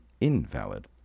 invalid